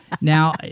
now